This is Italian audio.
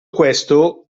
questo